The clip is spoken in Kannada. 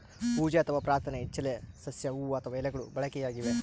ಪೂಜೆ ಅಥವಾ ಪ್ರಾರ್ಥನೆ ಇಚ್ಚೆಲೆ ಸಸ್ಯ ಹೂವು ಅಥವಾ ಎಲೆಗಳು ಬಳಕೆಯಾಗಿವೆ